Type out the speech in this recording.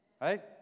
right